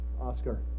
Oscar